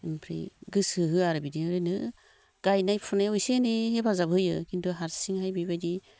ओमफ्राय गोसो होआ आरो बिदिनो गायनाय फुनायाव इसे एनै हेफाजाब होयो खिन्थु हारसिंहाय बिबायदि